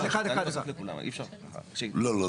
לא, לא.